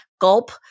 gulp